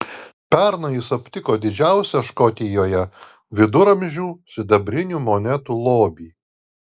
pernai jis aptiko didžiausią škotijoje viduramžių sidabrinių monetų lobį